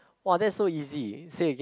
!wow! that so easy say again